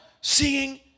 seeing